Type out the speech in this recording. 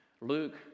Luke